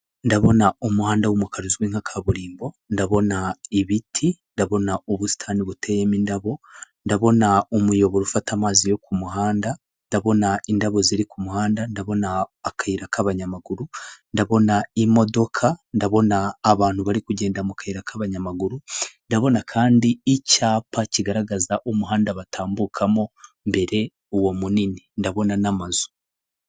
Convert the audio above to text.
Ndabona umuhanda w'umukarari uzwi nka kaburimbo, ndabona ibiti ndabona ubusitani buteyemo indabo, ndabona umuyoboro ufata amazi yo ku muhanda, ndabona indabo ziri ku kumuhanda, ndabona akayira k'abanyamaguru, ndabona imodoka, ndabona abantu bari kugenda mu kayira k'abanyamaguru ndabona kandicyapa kigaragaza umuhanda batambukamo mbere uwo munini ndabona n'amazu.